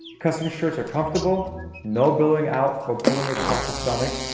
custom shirts are comfortable no billowing out or pulling across the stomach,